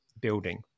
building